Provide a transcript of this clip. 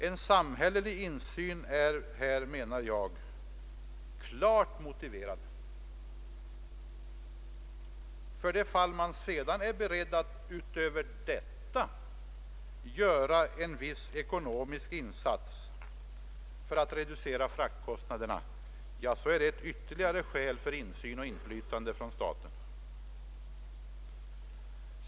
En samhällelig insyn är här enligt min uppfattning klart motiverad. För det fall man sedan är beredd att utöver detta göra en viss ekonomisk insats för att reducera fraktkostnaderna, är det ett ytterligare skäl för inflytande och insyn från statens sida.